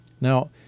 Now